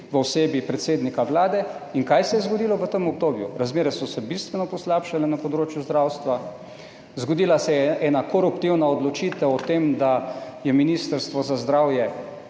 v osebi predsednika Vlade. In kaj se je zgodilo v tem obdobju? Razmere so se bistveno poslabšale na področju zdravstva. Zgodila se je ena koruptivna odločitev o tem, da je Ministrstvo za zdravje